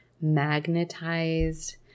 Magnetized